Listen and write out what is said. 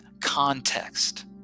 context